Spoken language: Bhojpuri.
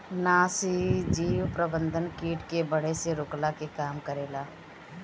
नाशीजीव प्रबंधन किट के बढ़े से रोकला के काम करेला